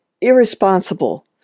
irresponsible